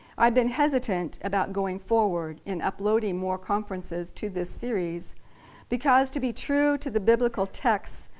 i've been hesitant about going forward in uploading more conferences to this series because, to be true to the biblical texts,